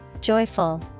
Joyful